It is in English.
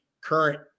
current